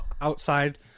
outside